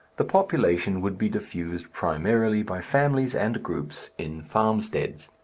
the population would be diffused primarily by families and groups in farmsteads.